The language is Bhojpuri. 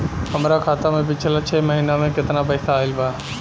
हमरा खाता मे पिछला छह महीना मे केतना पैसा आईल बा?